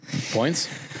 points